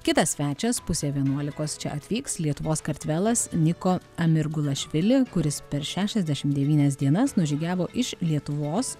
kitas svečias pusę vienuolikos čia atvyks lietuvos kartvelas niko amirgulašvili kuris per šešiasdešimt devynias dienas nužygiavo iš lietuvos